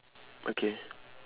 okay